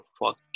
fuck